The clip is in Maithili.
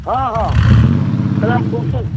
हाँ हाँ केलेम्फूसू